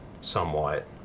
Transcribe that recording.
Somewhat